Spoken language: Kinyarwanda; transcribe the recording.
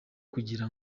kugira